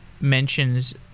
mentions